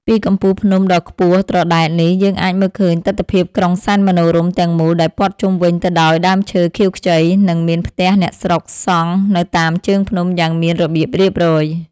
ពីកំពូលភ្នំដ៏ខ្ពស់ត្រដែតនេះយើងអាចមើលឃើញទិដ្ឋភាពក្រុងសែនមនោរម្យទាំងមូលដែលព័ទ្ធជុំវិញទៅដោយដើមឈើខៀវខ្ចី និង មានផ្ទះអ្នកស្រុកសង់នៅតាមជើងភ្នំយ៉ាងមានរបៀបរៀបរយ។